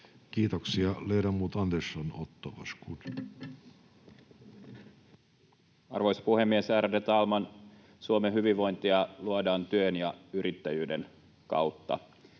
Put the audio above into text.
Kiitoksia. — Ledamot Andersson, Otto, varsågod. Arvoisa puhemies, ärade talman! Suomen hyvinvointia luodaan työn ja yrittäjyyden kautta.